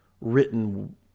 written